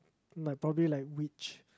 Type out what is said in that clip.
like probably like which